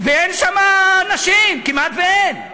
ואין שם נשים, כמעט אין?